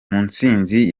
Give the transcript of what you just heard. mutsinzi